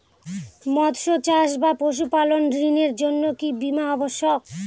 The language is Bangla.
মৎস্য চাষ বা পশুপালন ঋণের জন্য কি বীমা অবশ্যক?